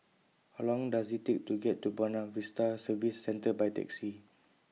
How Long Does IT Take to get to Buona Vista Service Centre By Taxi